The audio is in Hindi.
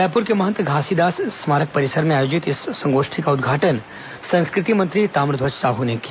रायपुर के महंत घासीदास स्मारक परिसर में आयोजित इस संगोष्ठी का उद्घाटन संस्कृति मंत्री ताम्रध्वज साहू ने किया